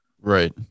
Right